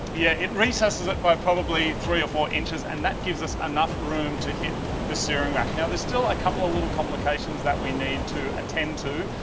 yeah, it recesses it by probably three or four inches and that gives us enough room to hit the steering rack. now, there's still a couple of little complications that we need to attend to.